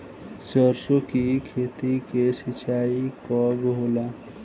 सरसों की खेती के सिंचाई कब होला?